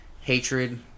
hatred